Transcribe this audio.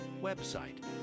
website